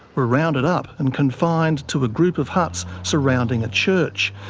were rounded up and confined to a group of huts surrounding a church.